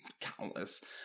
countless